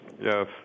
Yes